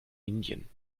indien